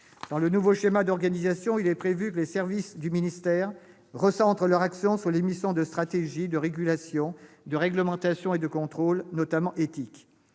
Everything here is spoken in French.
Dans le nouveau schéma d'organisation, il est prévu que les services du ministère recentrent leur action sur les missions de stratégie, de régulation, de réglementation et de contrôle, notamment éthique.